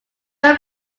were